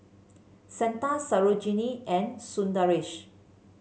Santha Sarojini and Sundaresh